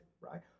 Right